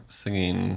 singing